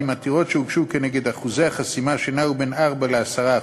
עתירות שהוגשו כנגד אחוזי החסימה שנעו בין 4% ל-10%.